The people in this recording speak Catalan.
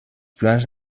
plans